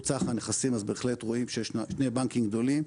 סך הנכסים אז בהחלט רואים שיש שני בנקים גדולים,